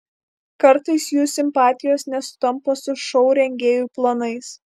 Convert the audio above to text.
kartais jų simpatijos nesutampa su šou rengėjų planais